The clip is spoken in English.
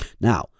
Now